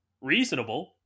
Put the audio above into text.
reasonable